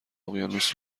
اقیانوس